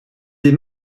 des